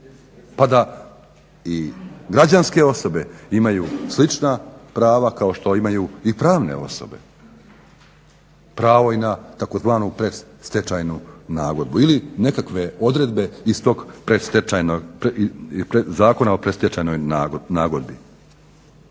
pa da i građanske osobe imaju slična prava kao što imaju i pravne osobe. Pravo i na tzv. predstečajnu nagodbu ili nekakve odredbe iz tog predstečajnog, Zakona o predstečajnoj nagodbi.